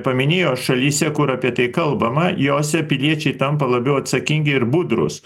paminėjo šalyse kur apie tai kalbama jose piliečiai tampa labiau atsakingi ir budrūs